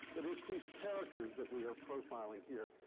but it's these characters that we are profiling here,